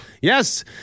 Yes